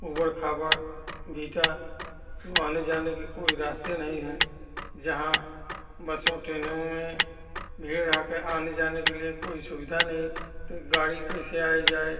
उबड़ खाबड़ भिटा आने जाने की कोई रास्ते नहीं है जहाँ बसों ट्रेनों में भीड़ हैके आने जाने के लिए कोई सुविधा नहीं तो गाड़ी कैसे आए जाए